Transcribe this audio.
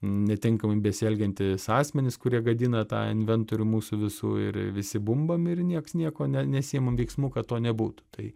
netinkamai besielgiantys asmenys kurie gadina tą inventorių mūsų visų ir visi bumbam ir niekas nieko ne nesiima veiksmų kad to nebūtų tai